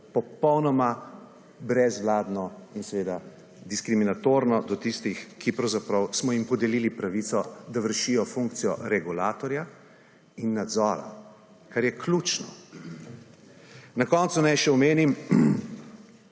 Popolnoma brezvladno in diskriminatorno do tistih, ki pravzaprav smo jim podelili pravico, da vršijo funkcijo regulatorja in nadzora, ker je ključno. Na koncu naj še omenim,